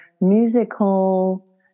musical